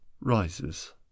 Rises